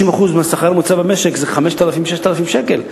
60% מהשכר הממוצע במשק זה 5,000 6,000 שקל,